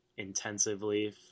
intensively